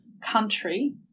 country